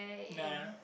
nah